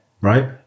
Right